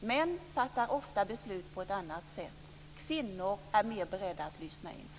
Män fattar ofta beslut på ett annat sätt. Kvinnor är mer beredda att lyssna in.